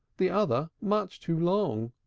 the other much too long.